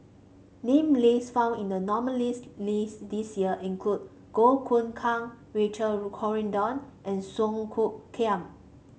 name list found in the nominees' list this year include Goh Choon Kang Richard Corridon and Song Hoot Kiam